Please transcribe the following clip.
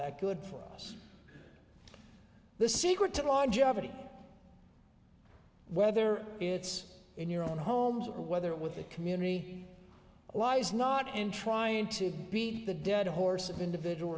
that good for us the secret to longevity whether it's in your own homes or whether it with a community lies not in trying to beat the dead horse of individual